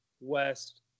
west